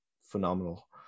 phenomenal